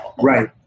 right